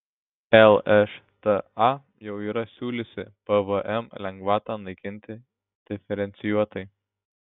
lšta jau yra siūliusi pvm lengvatą naikinti diferencijuotai